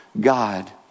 God